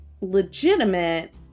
legitimate